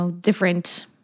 different